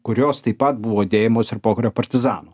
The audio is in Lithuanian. kurios taip pat buvo dėvimos ir pokario partizanų